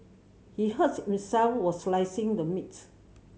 he hurt himself while slicing the meat